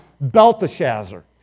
Belteshazzar